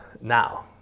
now